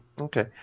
Okay